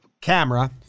camera